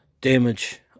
damage